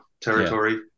territory